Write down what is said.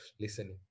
listening